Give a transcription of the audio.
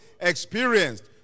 experienced